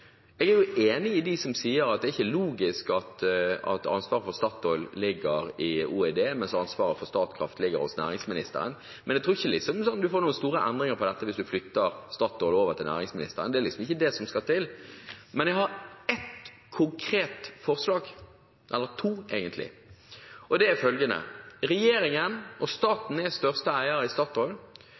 Jeg er enig med dem som sier at det ikke er logisk at ansvaret for Statoil ligger i Olje- og energidepartementet, mens ansvaret for Statkraft ligger hos næringsministeren. Men jeg tror ikke man får noen store endringer på dette hvis en flytter Statoil over til næringsministeren, det er liksom ikke det som skal til. Men jeg har ett konkret forslag, eller egentlig to, og det er følgende: Regjeringen og staten er største eier i Statoil,